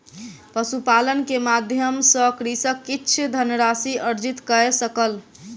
पशुपालन के माध्यम सॅ कृषक किछ धनराशि अर्जित कय सकल